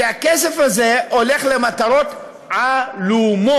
שהכסף הזה הולך למטרות עלומות,